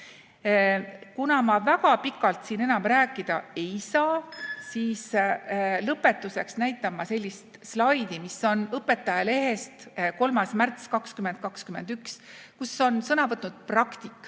Kuna ma väga pikalt siin enam rääkida ei saa, siis lõpetuseks näitan sellist slaidi, mis on Õpetajate Lehest 3. märts 2021, kus on sõna võtnud praktik